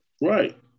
right